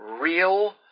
real